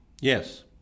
Yes